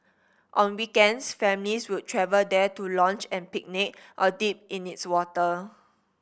on weekends families would travel there to lounge and picnic or dip in its water